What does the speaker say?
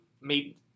made